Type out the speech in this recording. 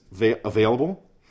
available